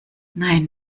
nein